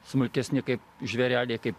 smulkesni kaip žvėreliai kaip